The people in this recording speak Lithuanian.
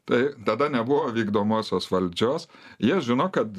tai tada nebuvo vykdomosios valdžios jie žino kad